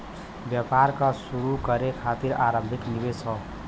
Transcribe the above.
व्यापार क शुरू करे खातिर आरम्भिक निवेश हौ